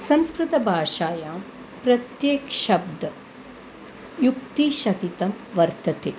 संस्कृतभाषायां प्रत्येकः शब्दः युक्तिसहितं वर्तते